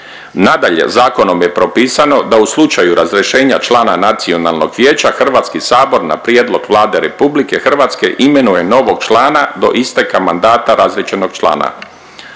Nadalje, zakonom je propisano da u slučaju razrješenja člana nacionalnog vijeća, HS na prijedlog Vlade RH imenuje novog člana do isteka mandata .../Govornik